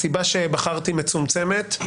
הסיבה שבחרתי מצומצמת,